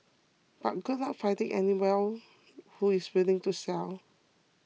but good luck finding anyone who is willing to sell